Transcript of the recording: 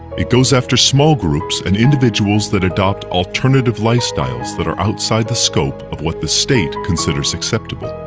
it goes after small groups and individuals that adopt alternative lifestyles, that are outside the scope of what the state considers acceptable.